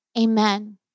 amen